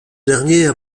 dernier